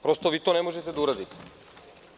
Prosto, vi to ne možete da uradite.